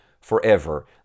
forever